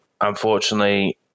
unfortunately